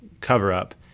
cover-up